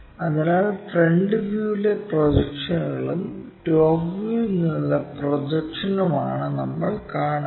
അതിനാൽ ഫ്രണ്ട് വ്യൂവിലെ പ്രൊജക്ഷനുകളും ടോപ് വ്യൂവിൽ നിന്നുള്ള പ്രൊജക്ഷനുമാണ് നമ്മൾ കാണുന്നത്